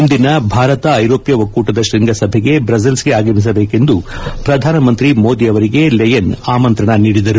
ಮುಂದಿನ ಭಾರತ ಐರೋಷ್ನ ಒಕ್ಕೂಟದ ಶ್ಯಂಗಸಭೆಗೆ ಬ್ರಸೆಲ್ಲ್ಗೆ ಆಗಮಿಸಬೇಕೆಂದು ಶ್ರಧಾನಿ ಮೋದಿ ಅವರಿಗೆ ಲೆಯೆನ್ ಆಮಂತ್ರಣ ನೀಡಿದರು